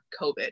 COVID